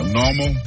normal